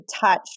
touch